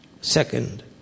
Second